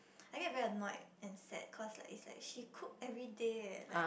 I get very annoyed and sad cause like is like she cook everyday leh like